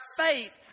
faith